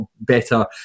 better